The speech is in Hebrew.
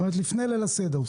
עוד לפני ליל הסדר.